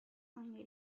only